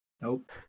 Nope